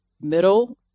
middle